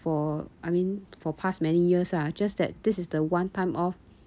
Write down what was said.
for I mean for past many years ah just that this is the one time off